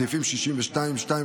סעיפים 62(2),